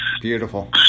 Beautiful